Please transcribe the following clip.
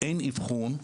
אין אבחון.